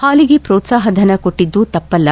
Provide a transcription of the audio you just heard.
ಹಾಲಿಗೆ ಪ್ರೋತ್ಸಾಹ ಧನ ಕೊಟ್ಟಿದ್ದು ತಪ್ಪಲ್ಲ